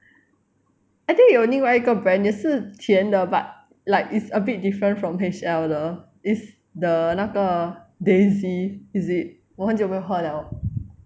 I think 有另外一个 brand 是甜的 but like it's a bit different from H_L 的 is the 那个 daisy is it 我很久没有喝 liao